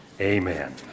Amen